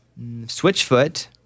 Switchfoot